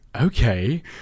Okay